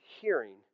hearing